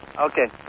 Okay